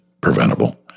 preventable